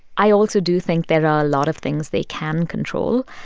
i also do think there are a lot of things they can control.